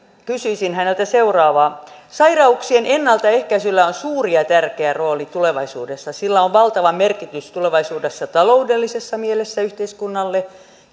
kysyisin häneltä seuraavaa sairauksien ennaltaehkäisyllä on suuri ja tärkeä rooli tulevaisuudessa sillä on valtava merkitys tulevaisuudessa taloudellisessa mielessä yhteiskunnalle